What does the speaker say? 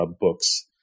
books